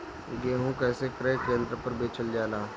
गेहू कैसे क्रय केन्द्र पर बेचल जाला?